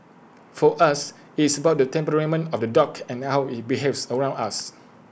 for us its about the temperament of the dog and how IT behaves around us